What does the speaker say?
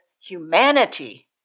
humanity